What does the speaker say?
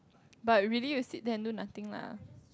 but really you sit there and do nothing lah